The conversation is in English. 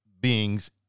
beings